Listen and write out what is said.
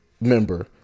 member